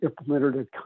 implemented